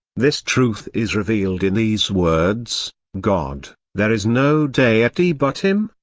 this truth is revealed in these words god, there is no deity but him,